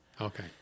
Okay